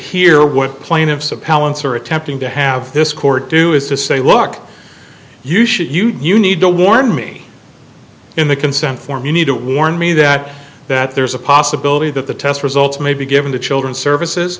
are attempting to have this court do is to say look you should you do you need to warn me in the consent form you need to warn me that that there's a possibility that the test results may be given to children services